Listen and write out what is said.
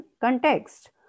context